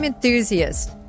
Enthusiast